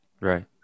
Right